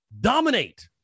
dominate